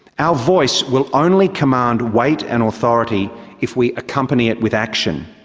our voice will only command weight and authority if we accompany it with action.